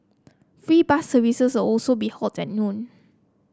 free bus services will also be halted at noon